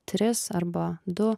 tris arba du